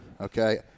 okay